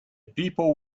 people